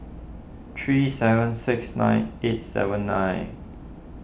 three seven six nine eight seven nine